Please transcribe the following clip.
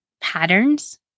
patterns